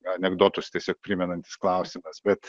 anekdotus tiesiog primenantis klausimas bet